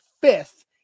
fifth